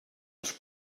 els